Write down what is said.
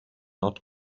not